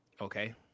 Okay